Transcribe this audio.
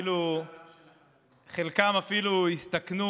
חלקם אפילו הסתכנו